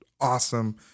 awesome